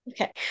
Okay